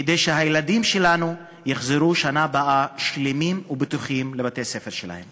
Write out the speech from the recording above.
כדי שהילדים שלנו יחזרו בשנה הבאה שלמים ובטוחים לבתי-הספר שלהם.